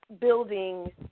building